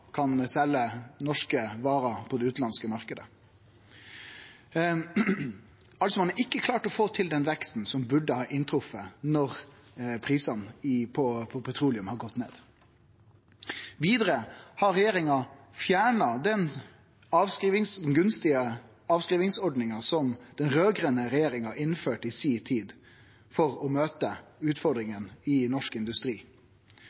selje norske varer på den utanlandske marknaden. Ein har altså ikkje klart å få til den veksten som burde ha inntreft når prisane på petroleum har gått ned. Vidare har regjeringa fjerna den gunstige avskrivingsordninga som den raud-grøne regjeringa i si tid innførte for å møte